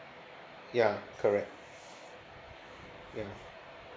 ya correct ya